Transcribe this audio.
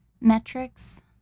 metrics